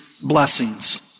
blessings